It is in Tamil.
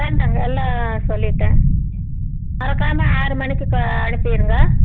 சார் நாங்கள் எல்லா சொல்லிவிட்டன் மறக்காமல் ஆறு மணிக்கு க அனுப்பிருங்க